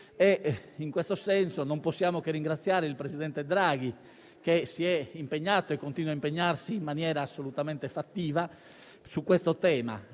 in questo senso, non possiamo che ringraziare il presidente Draghi, che si è impegnato e continua a impegnarsi in maniera assolutamente fattiva su questo tema.